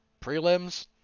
prelims